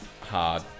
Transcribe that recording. hard